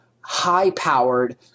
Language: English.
high-powered